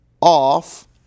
off